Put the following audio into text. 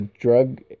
drug